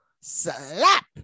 Slap